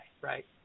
right